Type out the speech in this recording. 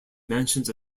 mansions